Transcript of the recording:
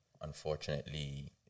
Unfortunately